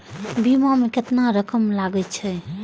बीमा में केतना रकम लगे छै?